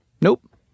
Nope